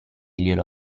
glielo